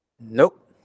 Nope